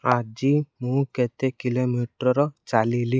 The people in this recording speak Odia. ଆଜି ମୁଁ କେତେ କିଲୋମିଟର୍ ଚାଲିଲି